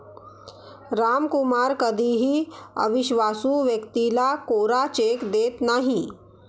रामकुमार कधीही अविश्वासू व्यक्तीला कोरा चेक देत नाही